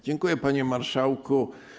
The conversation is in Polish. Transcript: Dziękuję, panie marszałku.